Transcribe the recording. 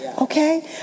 Okay